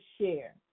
share